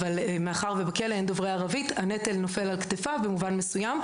מאחר שבכלא אין דוברי ערבית הנטל נופל על כתפיו במובן מסוים,